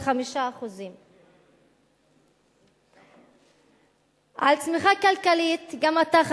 של 5%. על צמיחה כלכלית גם אתה,